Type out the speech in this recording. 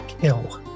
kill